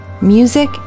Music